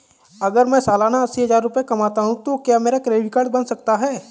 अगर मैं सालाना अस्सी हज़ार रुपये कमाता हूं तो क्या मेरा क्रेडिट कार्ड बन सकता है?